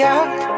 up